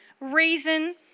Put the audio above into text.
reason